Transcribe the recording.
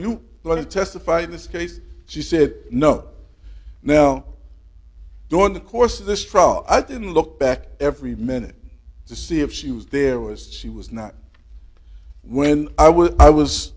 to testify in this case she said no now during the course of this trial i didn't look back every minute to see if she was there was she was not when i would i was